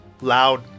loud